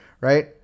right